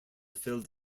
filled